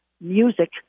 music